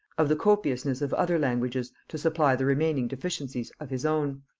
of the copiousness of other languages to supply the remaining deficiencies of his own.